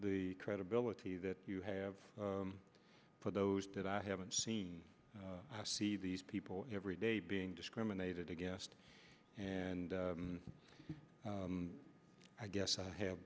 the credibility that you have for those that i haven't seen i see these people every day being discriminated against and i guess i have